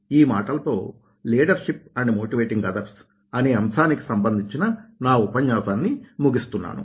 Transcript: ఈ మాటలతో leadership and motivating others అనే అంశానికి సంబంధించిన నా ఉపన్యాసాన్ని ముగిస్తున్నాను